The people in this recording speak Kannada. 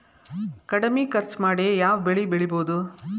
ಕಡಮಿ ಖರ್ಚ ಮಾಡಿ ಯಾವ್ ಬೆಳಿ ಬೆಳಿಬೋದ್?